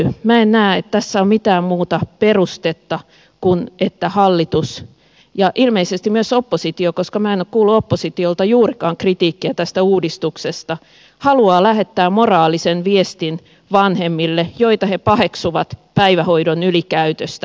minä en näe että tässä on mitään muuta perustetta kuin että hallitus ja ilmeisesti myös oppositio koska minä en ole kuullut oppositiolta juurikaan kritiikkiä tästä uudistuksesta haluavat lähettää moraalisen viestin vanhemmille joita he paheksuvat päivähoidon ylikäytöstä